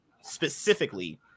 specifically